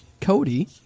Cody